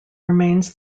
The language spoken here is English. remains